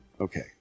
okay